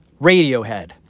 Radiohead